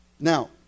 Now